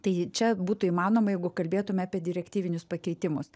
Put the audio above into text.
tai čia būtų įmanoma jeigu kalbėtume apie direktyvinius pakeitimus